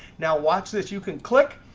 now watch this. you can click,